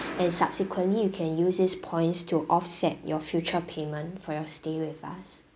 and subsequently you can use this points to offset your future payment for your stay with us